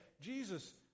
Jesus